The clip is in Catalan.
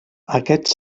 aquests